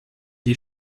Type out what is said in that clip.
die